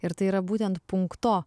ir tai yra būtent punkto